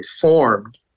formed